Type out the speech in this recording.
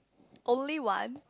only one